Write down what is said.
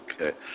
Okay